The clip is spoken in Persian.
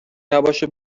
نباشه